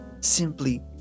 Simply